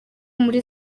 muri